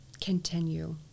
continue